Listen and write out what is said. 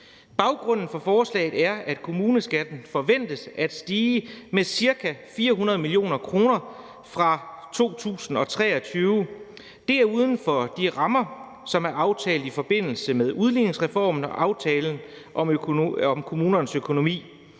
Baggrunden for forslaget er, at kommuneskatten forventes at stige med ca. 400 mio. kr. fra 2023. Det er uden for de rammer, som er aftalt i forbindelse med udligningsreformen og aftalen om kommunernes økonomi.